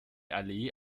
allee